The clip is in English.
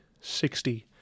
sixty